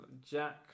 Jack